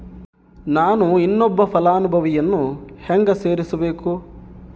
ನಾನು ಇನ್ನೊಬ್ಬ ಫಲಾನುಭವಿಯನ್ನು ಹೆಂಗ ಸೇರಿಸಬೇಕು?